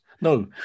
No